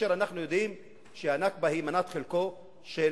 כאשר אנחנו יודעים שה"נכבה" היא מנת חלקו של